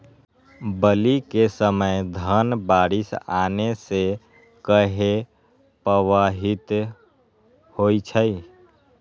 बली क समय धन बारिस आने से कहे पभवित होई छई?